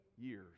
years